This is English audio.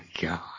god